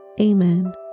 Amen